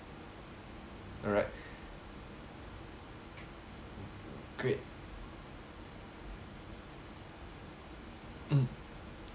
alright great mm